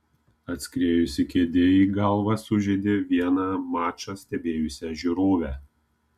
atskriejusi kėdė į galvą sužeidė vieną mačą stebėjusią žiūrovę